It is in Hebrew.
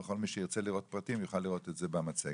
וכל מי שירצה לראות פרטים יוכל לראות אותם במצגת.